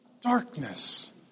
darkness